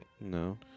No